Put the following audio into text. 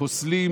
פוסלים